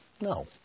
No